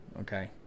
Okay